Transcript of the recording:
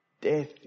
Death